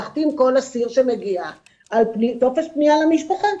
להחתים כל אסיר שמגיע על טופס פנייה למשפחה.